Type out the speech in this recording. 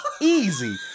easy